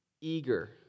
eager